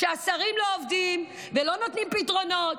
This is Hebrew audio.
כשהשרים לא עובדים ולא נותנים פתרונות.